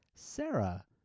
Sarah